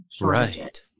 Right